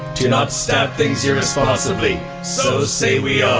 to not stab things irresponsibly, so say we